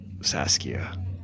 Saskia